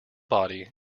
body